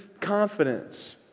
Confidence